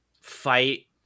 fight